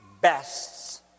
bests